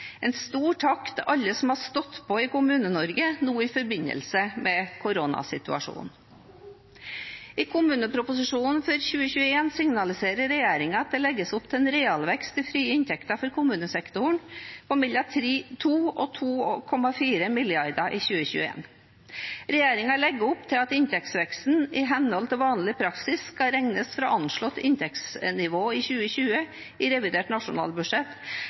En stor takk til alle som har stått på i Kommune-Norge nå i forbindelse med koronasituasjonen. I Kommuneproposisjonen 2021 signaliserer regjeringen at det legges opp til en realvekst i frie inntekter for kommunesektoren på mellom 2 mrd. kr og 2,4 mrd. kr i 2021. Regjeringen legger opp til at inntektsveksten i henhold til vanlig praksis skal regnes fra anslått inntektsnivå i 2020 i revidert nasjonalbudsjett,